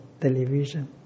television